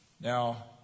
Now